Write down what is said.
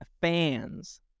fans